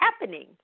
happening